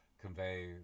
convey